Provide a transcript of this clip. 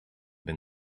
been